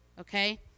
Okay